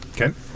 Okay